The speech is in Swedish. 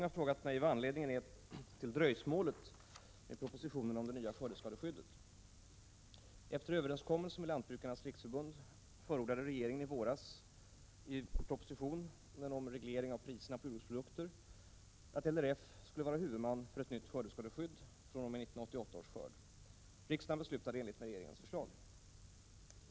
Herr talman! Arne Andersson i Ljung har frågat mig vad anledningen är till dröjsmålet med propositionen om det nya skördeskadeskyddet.